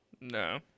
No